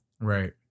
Right